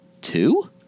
two